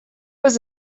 was